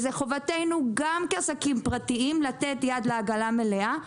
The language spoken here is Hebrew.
חובתנו גם כעסקים פרטיים לתת יד לעגלה המלאה.